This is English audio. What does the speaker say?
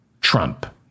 Trump